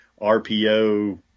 RPO